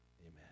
amen